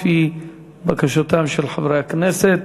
לפי בקשתם של חברי הכנסת.